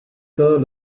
todos